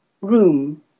room